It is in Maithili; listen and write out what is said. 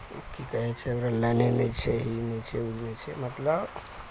की कहै छै ओकरा लाइने नहि छै हे ई नहि छै ओ नहि छै मतलब